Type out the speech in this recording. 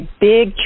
big